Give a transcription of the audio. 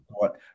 thought